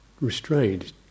restrained